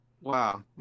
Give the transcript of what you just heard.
Wow